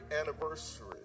anniversary